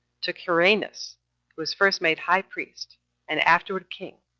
took hyrcanus, who was first made high priest and afterward king,